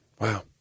Wow